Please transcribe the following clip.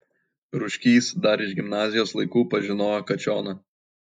rūškys dar iš gimnazijos laikų pažinojo kačioną